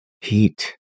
Heat